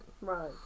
Right